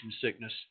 sickness